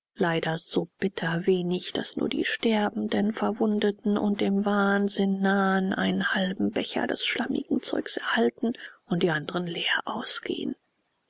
leider so bitterwenig daß nur die sterbenden verwundeten und dem wahnsinn nahen einen halben becher des schlammigen zeugs erhalten und die andren leer ausgehen